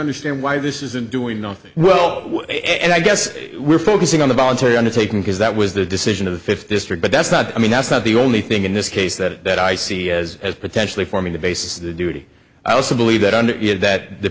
understand why this isn't doing nothing well and i guess we're focusing on the voluntary undertaking because that was the decision of the fifth district but that's not i mean that's not the only thing in this case that that i see as as potentially forming the basis of the duty i also believe that under